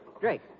drake